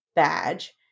badge